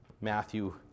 Matthew